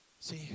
See